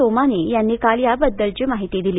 सोमानी यांनी काल याबद्दलची माहिती दिली